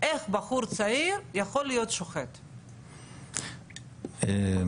יכול להיות גם מצב שבחצי השני של השנה הוא